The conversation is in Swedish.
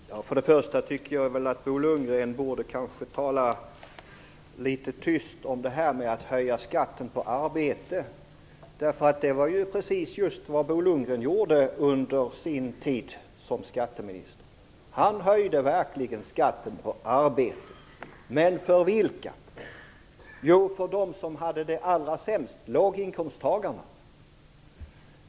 Fru talman! För det första tycker jag att Bo Lundgren borde tala litet tyst om att höja skatten på arbete. Det var precis vad Bo Lundgren gjorde under sin tid som skatteminister. Han höjde verkligen skatten på arbete. Men för vilka? Jo, för dem som hade det allra sämst, låginkomsttagarna.